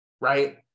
right